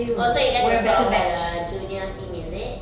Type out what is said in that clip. oh so you guys were sort of like the junior team is it